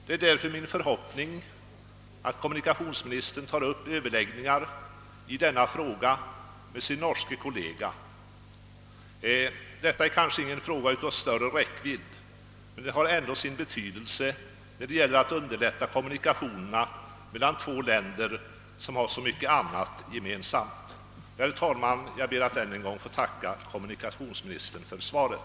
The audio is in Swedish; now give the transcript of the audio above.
Det är därför min förhoppning att kommunikationsmininistern tar upp överläggningar i denna fråga med sin norske kollega. Detta är kanske ingen fråga av större räckvidd, men den har ändå sin betydelse när det gäller att underlätta kommunikationerna mellan två länder som har så mycket annat gemensamt. Herr talman! Jag ber att ännu en gång få tacka kommunikationsministern för svaret.